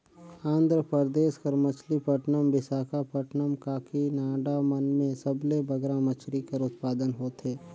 आंध्र परदेस कर मछलीपट्टनम, बिसाखापट्टनम, काकीनाडा मन में सबले बगरा मछरी कर उत्पादन होथे